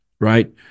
right